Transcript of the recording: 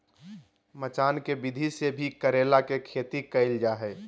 मचान के विधि से भी करेला के खेती कैल जा हय